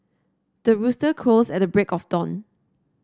the rooster crows at the break of dawn